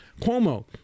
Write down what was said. Cuomo